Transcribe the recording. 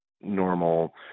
normal